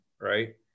Right